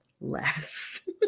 less